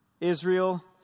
Israel